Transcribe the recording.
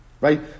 right